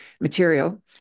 material